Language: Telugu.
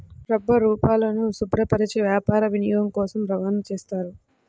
రబ్బరుపాలను శుభ్రపరచి వ్యాపార వినియోగం కోసం రవాణా చేస్తారు